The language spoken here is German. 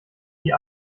die